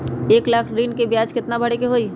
एक लाख ऋन के ब्याज केतना भरे के होई?